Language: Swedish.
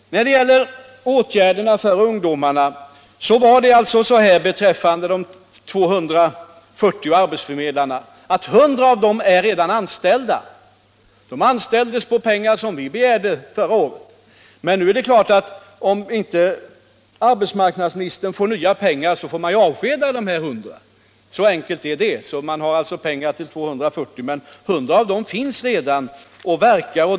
Beträffande de 240 arbetsförmedlarna förhåller det sig så att 100 av dem redan är anställda. De anställdes för pengar som vi begärde förra året. Men om inte arbetsmarknadsministern får nya pengar måste naturligtvis dessa 100 avskedas. Så enkelt är det. Man har alltså pengar för att anställa 240, men 100 av dem är redan anställda.